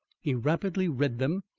he rapidly read them,